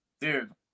Dude